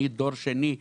אני דור שני,